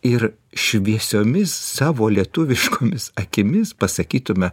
ir šviesiomis savo lietuviškomis akimis pasakytume